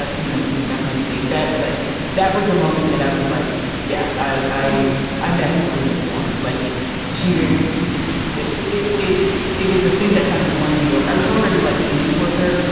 ah you know we can definitely debate that but that was the moment that i was like yeah i i i messed with elizabeth warren. like she was it it it was the thing that kind of won me over. i was already like leaning towards her.